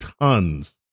tons